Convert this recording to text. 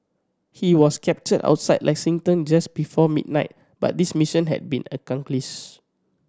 he was captured outside Lexington just before midnight but this mission had been accomplished